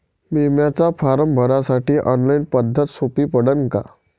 बिम्याचा फारम भरासाठी ऑनलाईन पद्धत सोपी पडन का?